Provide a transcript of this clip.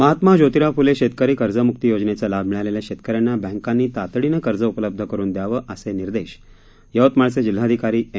महात्मा जोतिराव फुले शेतकरी कर्जमुक्ती योजनेचा लाभ मिळालेल्या शेतक यांना बँकांनी तातडीने कर्ज उपलब्ध करून द्यावं असे निर्देश यवतमाळचे जिल्हाधिकारी एम